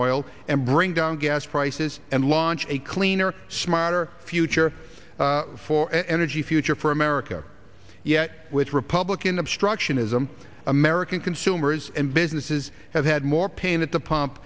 oil and bring down gas prices and launch a cleaner smarter future for energy future for america yet with republican obstructionism american consumers and businesses have had more pain at the pump